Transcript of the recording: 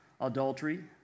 adultery